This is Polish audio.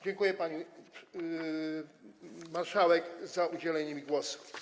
Dziękuję, pani marszałek, za udzielenie mi głosu.